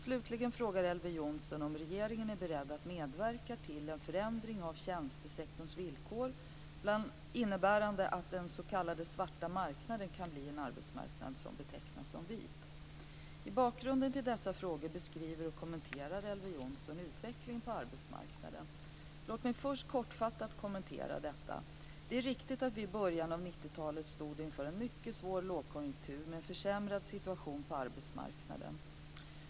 Slutligen frågar Elver Jonsson om regeringen är beredd att medverka till en förändring av tjänstesektorns villkor innebärande att den s.k. svarta marknaden kan bli en arbetsmarknad som betecknas som vit. I bakgrunden till dessa frågor beskriver och kommenterar Elver Jonsson utvecklingen på arbetsmarknaden. Låt mig först kortfattat kommentera detta. Det är riktigt att vi i början av 90-talet stod inför en mycket svår lågkonjunktur med en försämrad situation på arbetsmarknaden.